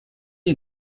est